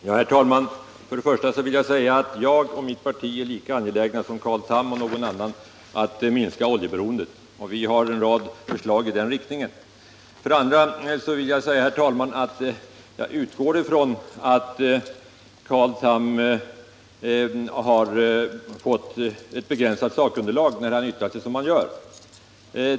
Herr talman! För det första vill jag säga att jag och mitt parti är lika angelägna som Carl Tham eller någon annan att minska oljeberoendet. Vi har en rad förslag i den riktningen. För det andra vill jag säga, herr talman, att jag utgår ifrån att Carl Tham har fått ett begränsat sakunderlag, eftersom han yttrar sig så som han gör.